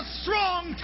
strong